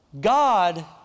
God